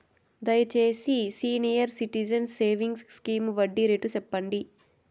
దయచేసి senior citizens savings scheme వడ్డీ rate సెప్పండి